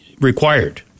required